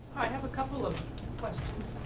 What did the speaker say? i have a couple of questions.